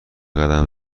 قدم